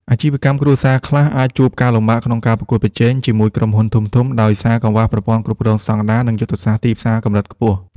អាជីវកម្មគ្រួសារខ្លះជួបការលំបាកក្នុងការប្រកួតប្រជែងជាមួយក្រុមហ៊ុនធំៗ ដោយសារកង្វះប្រព័ន្ធគ្រប់គ្រងស្តង់ដារ និងយុទ្ធសាស្ត្រទីផ្សារកម្រិតខ្ពស់។